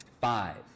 Five